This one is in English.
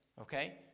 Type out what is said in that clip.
okay